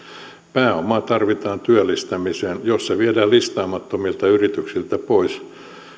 pääomaa tarvitaan työllistämiseen jos se viedään listaamattomilta yrityksiltä pois